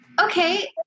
Okay